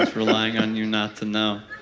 relying on you not to know.